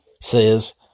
says